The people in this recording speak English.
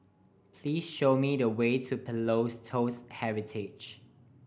please show me the way to Pillows Toast Heritage